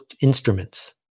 instruments